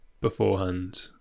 beforehand